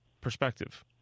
perspective